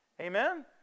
Amen